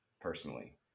personally